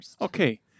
Okay